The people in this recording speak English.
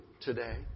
today